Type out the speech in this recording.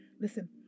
Listen